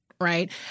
right